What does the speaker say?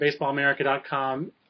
BaseballAmerica.com